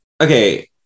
okay